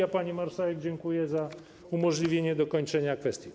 A pani marszałek dziękuję za umożliwienie mi dokończenia kwestii.